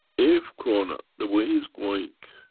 if corona, the way is going,